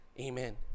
Amen